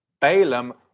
Balaam